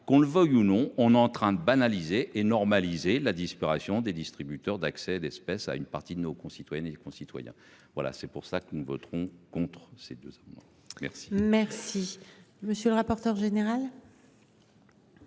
qu'on le veuille ou non, on est en train de banaliser et normaliser la disparation des distributeurs d'accès d'espèces à une partie de nos concitoyennes et concitoyens. Voilà c'est pour ça que vote. Contre ces 2 hommes. Merci, merci monsieur le rapporteur général.